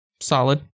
solid